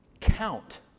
count